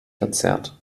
verzerrt